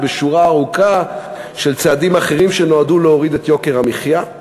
ובשורה ארוכה של צעדים אחרים שנועדו להוריד את יוקר המחיה.